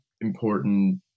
important